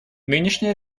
нынешняя